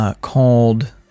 Called